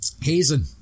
Hazen